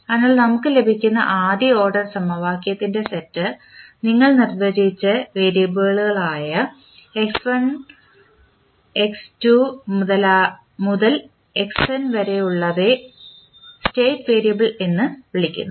അതിനാൽ നമുക്ക് ലഭിക്കുന്ന ആദ്യ ഓർഡർ സമവാക്യത്തിന്റെ സെറ്റ് നിങ്ങൾ നിർവചിച്ച വേരിയബിളുകളായ x1 x2 മുതൽ xn വരെ ഉള്ളവയെ സ്റ്റേറ്റ് വേരിയബിൾ എന്ന് വിളിക്കുന്നു